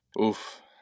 Oof